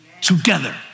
Together